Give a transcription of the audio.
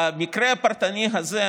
במקרה הפרטני הזה,